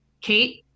Kate